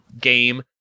game